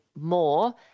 more